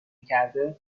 میکرده